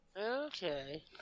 Okay